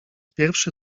pierwszy